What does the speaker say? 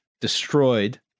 destroyed